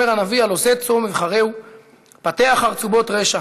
אומר הנביא: "הלוא זה צום אבחרהו פַּתֵּחַ חרצֻבות רֶשע,